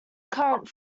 current